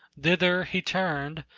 thither he turned,